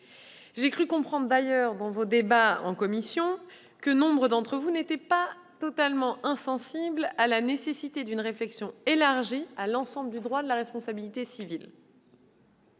cru comprendre, au travers de vos débats en commission, que nombre d'entre vous n'étaient pas insensibles à la nécessité d'une réflexion élargie à l'ensemble du droit de la responsabilité civile.